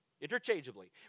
interchangeably